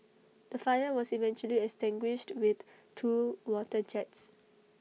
the fire was eventually extinguished with two water jets